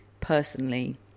personally